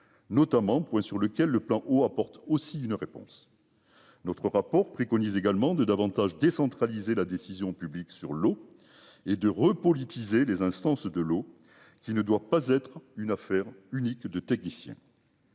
notamment, point sur lequel le plan eau apporte aussi une réponse. Notre rapport préconise également de davantage. La décision publique sur l'eau et de repolitiser les instances de l'eau qui ne doit pas être une affaire unique de technicien.